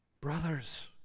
Brothers